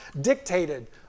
dictated